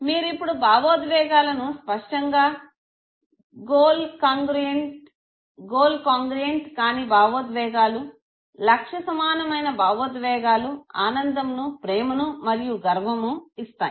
మీరు ఇప్పుడు భవోద్వేగాలను స్పష్టంగా గోల్ కాంగృయెన్ట్ గోల్ కాంగృయెన్ట్ కాని భావోద్వేగాలు లక్ష్య సమానమైన భావోద్వేగాలు ఆనందంను ప్రేమను మరియు గర్వము ఇస్తాయి